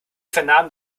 vernahmen